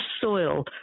soil